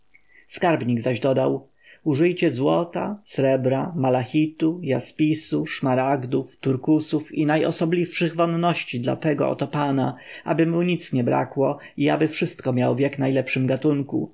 skarbnik zaś dodał użyjcie złota srebra malachitu jaspisu szmaragdów turkusów i najosobliwszych wonności dla tego oto pana aby mu nic nie brakło i aby wszystko miał w jak najlepszym gatunku